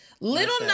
Little